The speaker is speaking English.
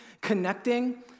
connecting